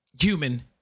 human